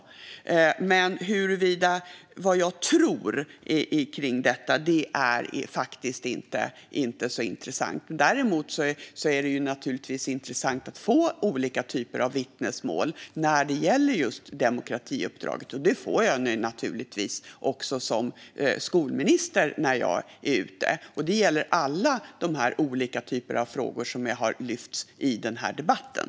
Men vad jag tror om detta är faktiskt inte så intressant. Däremot är det naturligtvis intressant att få olika vittnesmål när det gäller just demokratiuppdraget, och det får jag som skolminister när jag är ute. Det gäller alla de olika frågor som har lyfts fram i den här debatten.